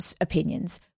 opinions